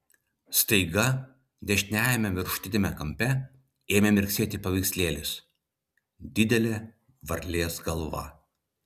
staiga dešiniajame viršutiniame kampe ėmė mirksėti paveikslėlis didelė varlės galva